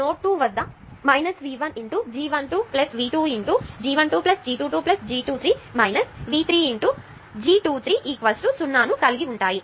node 2 వద్ద V 1 G 1 2 V 2 × G 1 2 G 2 2 G 2 3 V 3 × G 2 3 0 ను కలిగి ఉన్నాయి